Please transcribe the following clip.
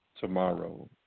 tomorrow